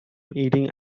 eating